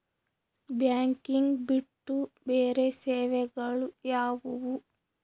Banking ಬಿಟ್ಟು ಬೇರೆ ಸೇವೆಗಳು ಯಾವುವು?